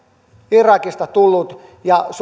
irakista tullut ja sinut